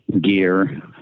gear